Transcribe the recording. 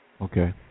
Okay